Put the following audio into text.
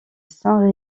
saint